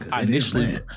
Initially